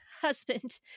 husband